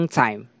time